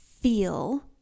feel